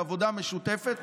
בעבודה משותפת,